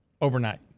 overnight